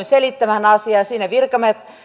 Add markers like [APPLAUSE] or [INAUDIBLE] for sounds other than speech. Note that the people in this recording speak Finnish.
[UNINTELLIGIBLE] selittämään asiaa siinä virkamiehet